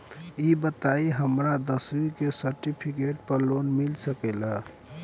ई बताई हमरा दसवीं के सेर्टफिकेट पर लोन मिल सकेला?